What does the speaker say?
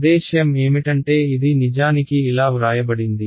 ఉద్దేశ్యం ఏమిటంటే ఇది నిజానికి ఇలా వ్రాయబడింది